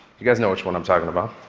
you guys know which one i'm talking about.